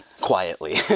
quietly